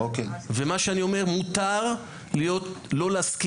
מה שאני אומר הוא שמותר לא להסכים,